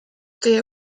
teie